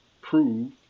prove